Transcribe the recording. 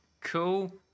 cool